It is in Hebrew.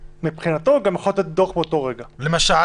למשל,